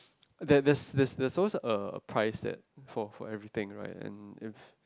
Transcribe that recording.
there there's always a a price that for for everything right and if